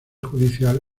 judicial